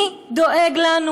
מי דואג לנו?